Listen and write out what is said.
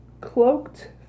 cloaked